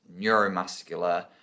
neuromuscular